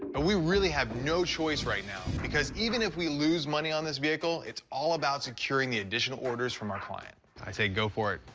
but we really have no choice right now because even if we lose money on this vehicle, it's all about securing the additional orders from our client. i say go for it.